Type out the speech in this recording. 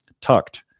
tucked